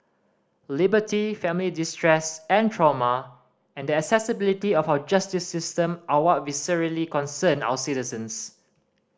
liberty family distress and trauma and the accessibility of our justice system are what viscerally concern our citizens